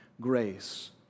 grace